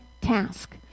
task